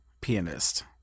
pianist